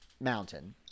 mountain